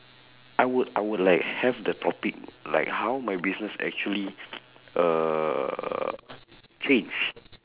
I would I would like have the topic like how my business actually err change